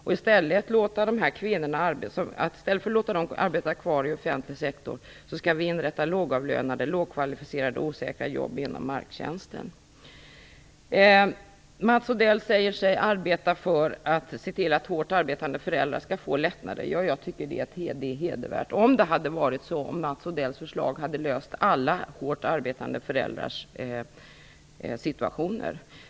I stället för att låta dessa kvinnor arbeta kvar i offentlig sektor skall vi inrätta lågavlönade, lågkvalificerade och osäkra jobb inom marktjänsten. Mats Odell säger sig arbeta för att hårt arbetande föräldrar skall få lättnader. Det är hedervärt, om det hade varit så att Mats Odells förslag hade löst alla hårt arbetande föräldrars situationer.